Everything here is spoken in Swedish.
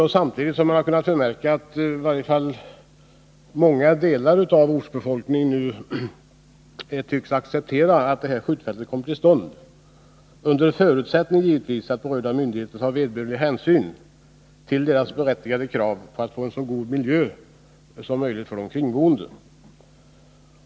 Detta sker samtidigt som man har kunnat förmärka att i varje fall stora delar av ortsbefolkningen tycks acceptera att skjutfältet kommer till stånd — givetvis under förutsättningen att berörda myndigheter tar vederbörlig hänsyn till deras berättigade krav på så god miljö som möjligt för de kringboende.